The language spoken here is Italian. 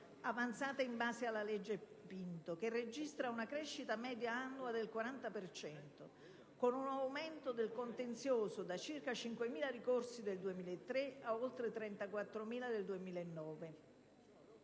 avanzate in base alla legge Pinto, importo che registra una crescita media annua del 40 per cento, con un aumento del contenzioso dai circa 5.000 ricorsi del 2003 agli oltre 34.000 del 2009.